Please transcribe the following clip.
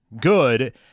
good